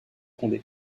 condé